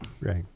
Right